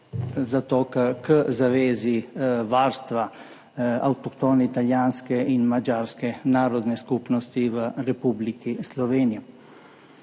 za zavezo varstva avtohtone italijanske in madžarske narodne skupnosti v Republiki Sloveniji.